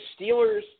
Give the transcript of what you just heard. Steelers